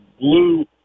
blue